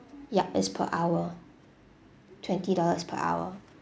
ya it's per hour twenty dollars per hour